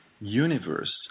universe